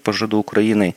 pažadų ukrainai